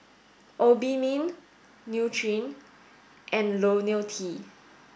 Obimin Nutren and Lonil T